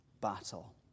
battle